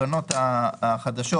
קיימים,